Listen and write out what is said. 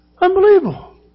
Unbelievable